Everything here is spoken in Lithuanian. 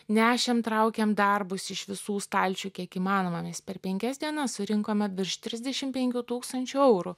nešėm traukėm darbus iš visų stalčių kiek įmanoma mes per penkias dienas surinkome virš trisdešim penkių tūkstančių eurų